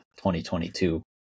2022